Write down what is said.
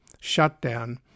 Shutdown